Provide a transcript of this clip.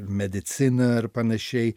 mediciną ir panašiai